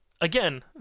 again